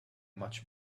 much